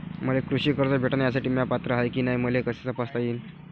मले कृषी कर्ज भेटन यासाठी म्या पात्र हाय की नाय मले कस तपासता येईन?